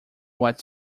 what